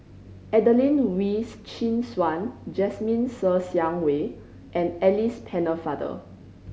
Adelene Wee Chin Suan Jasmine Ser Xiang Wei and Alice Pennefather